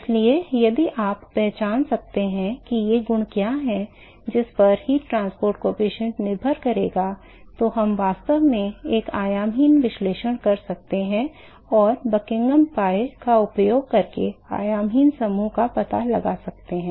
इसलिए यदि आप पहचान सकते हैं कि ये गुण क्या हैं जिस पर ऊष्मा परिवहन गुणांक निर्भर करेगा तो हम वास्तव में एक आयामहीन विश्लेषण कर सकते हैं और बकिंघम पीआई का उपयोग करके आयामहीन समूह का पता लगा सकते हैं